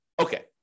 Okay